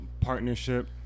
partnership